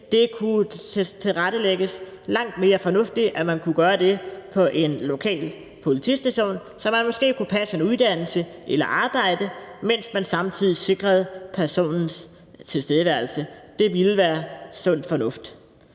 Det kunne tilrettelægges langt mere fornuftigt, nemlig at man kunne gøre det på en lokal politistation, så man måske kunne passe en uddannelse eller et arbejde, mens vi samtidig sikrede personens tilstedeværelse. Det ville være sund fornuft.